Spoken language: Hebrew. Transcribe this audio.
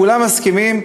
כולם מסכימים,